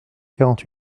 quarante